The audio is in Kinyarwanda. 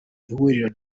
ihuriro